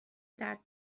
درد